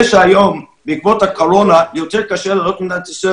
זה שהיום בעקבות הקורונה יותר קשה לעלות למדינת ישראל